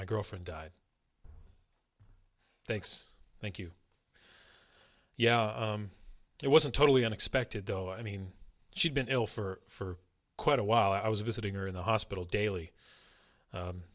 girlfriend died thanks thank you yeah it wasn't totally unexpected though i mean she'd been ill for quite a while i was visiting her in the hospital daily